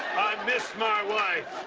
miss my wife.